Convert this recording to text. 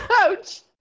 Ouch